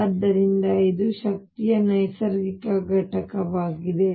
ಆದ್ದರಿಂದ ಇದು ಶಕ್ತಿಯ ನೈಸರ್ಗಿಕ ಘಟಕವಾಗಿದೆ